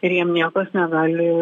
ir jiem niekas negali